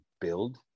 build